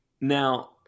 Now